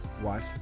watch